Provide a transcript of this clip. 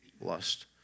lust